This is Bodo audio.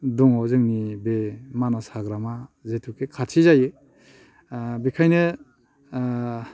दङ जोंनि बे मानास हाग्रामा जेथुखे खाथि जायो ओ बेखायनो ओ